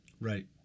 Right